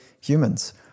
humans